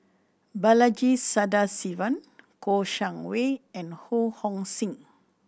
Balaji Sadasivan Kouo Shang Wei and Ho Hong Sing